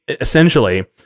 essentially